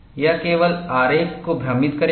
यह केवल आरेख को भ्रमित करेगा